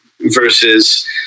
versus